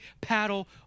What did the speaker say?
paddle